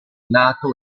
nato